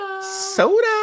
Soda